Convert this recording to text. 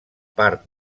part